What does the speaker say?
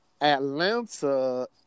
Atlanta